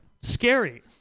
Scary